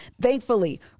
thankfully